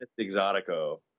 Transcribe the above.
exotico